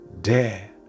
dare